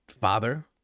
father